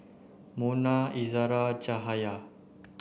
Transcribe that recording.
Munah Izzara Cahaya